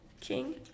King